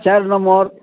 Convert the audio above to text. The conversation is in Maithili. चारि नम्मर